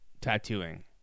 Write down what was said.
tattooing